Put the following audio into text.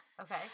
Okay